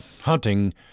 hunting